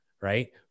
Right